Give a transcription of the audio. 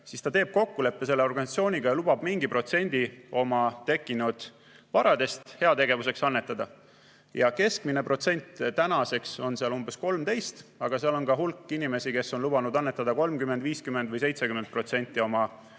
siis ta teeb kokkuleppe selle organisatsiooniga ja lubab mingi protsendi oma tekkinud varadest heategevuseks annetada. Keskmine protsent on seal umbes 13%, aga seal on ka hulk inimesi, kes on lubanud annetada 30%, 50% või 70% oma